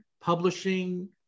publishing